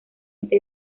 esta